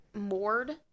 moored